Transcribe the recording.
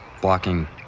blocking